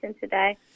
today